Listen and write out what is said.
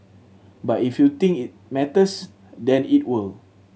but if you think it matters then it will